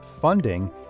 Funding